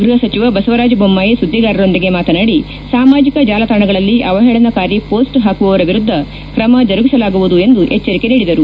ಗೃಹ ಸಚಿವ ಬಸವರಾಜ ದೊಮ್ಲಾಯಿ ಸುದ್ದಿಗಾರರೊಂದಿಗೆ ಮಾತನಾಡಿ ಸಾಮಾಜಿಕ ಜಾಲತಾಣಗಳಲ್ಲಿ ಅವಹೇಳನಕಾರಿ ಪೋಸ್ಟ್ ಹಾಕುವವರ ವಿರುದ್ದ ಕ್ರಮ ಜರುಗಿಸಲಾಗುವುದು ಎಂದು ಎಚ್ಚರಿಕೆ ನೀಡಿದರು